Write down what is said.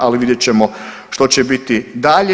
Ali vidjet ćemo što će biti dalje.